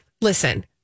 listen